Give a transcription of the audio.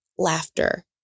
Laughter